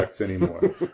anymore